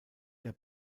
der